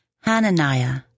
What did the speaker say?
Hananiah